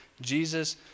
Jesus